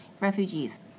refugees